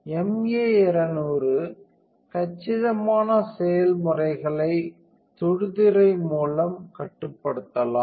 MA 200 கச்சிதமான செயல்முறைகளை தொடுதிரை மூலம் கட்டுப்படுத்தலாம்